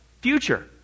future